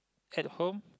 at home